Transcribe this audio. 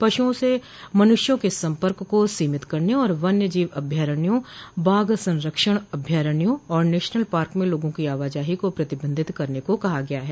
पशुओं से मनुष्यों के सम्पर्क को सीमित करने और वन्य जीव अभयारण्यों बाघ संरक्षण अभयारण्यों और नेशनल पार्क में लोगों की आवाजाही को प्रतिबंधित करने को कहा गया है